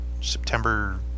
September